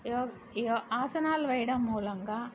ఆసనాలు వేయడం మూలంగా